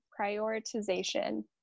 prioritization